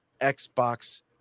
Xbox